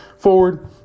forward